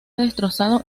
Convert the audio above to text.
destrozado